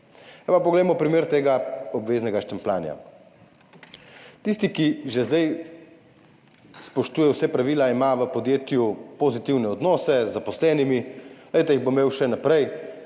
poglejmo primer tega obveznega štempljanja. Tisti, ki že zdaj spoštuje vsa pravila, ima v podjetju pozitivne odnose z zaposlenimi, jih bo imel še naprej